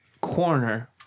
corner